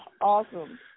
Awesome